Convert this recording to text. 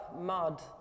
mud